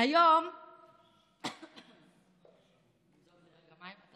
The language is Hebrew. היום אני אשתה מים.